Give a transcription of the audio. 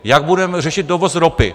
Jak budeme řešit dovoz ropy?